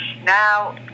Now